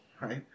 right